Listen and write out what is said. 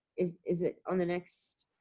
is is it on the next?